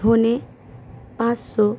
ধনে পাঁচশো